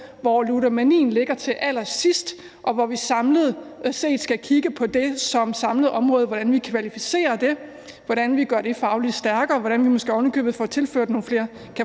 hvor ludomanien ligger til allersidst, og hvor vi samlet set skal kigge på det som område og på, hvordan vi kvalificerer det, hvordan vi gør det fagligt stærkere, og måske ovenikøbet, hvordan vi måske kan